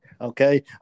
Okay